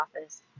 office